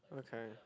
okay